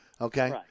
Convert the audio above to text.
Okay